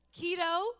Keto